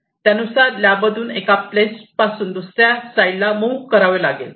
त्यानुसार आपल्याला लॅब मधून एका प्लेस पासून दुसऱ्या साईडला मुव्ह करावे लागेल